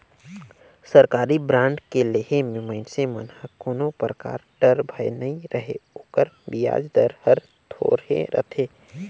सरकारी बांड के लेहे मे मइनसे मन ल कोनो परकार डर, भय नइ रहें ओकर बियाज दर हर थोरहे रथे